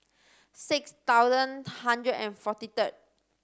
six thousand hundred and forty third